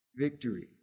victory